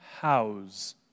house